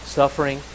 suffering